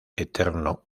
eterno